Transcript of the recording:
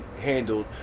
handled